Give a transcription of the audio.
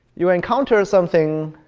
you encounter something